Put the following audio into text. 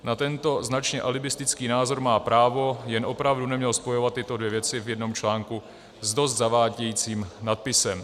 Na tento značně alibistický názor má právo, jen opravdu neměl spojovat tyto dvě věci v jednom článku s dost zavádějícím nadpisem.